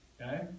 okay